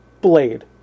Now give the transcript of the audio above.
Blade